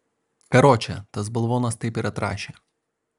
karoče tas balvonas taip ir atrašė